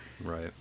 Right